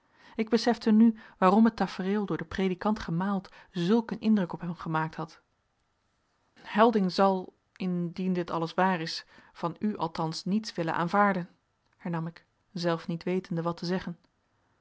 ik besefte nu waarom het tafereel door den predikant gemaald zulk een indruk op hem gemaakt had helding zal indien dit alles waar is van u althans niets willes aanvaarden hernam ik zelf niet wetende wat te zeggen